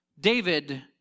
David